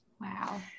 Wow